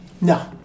No